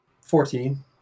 Fourteen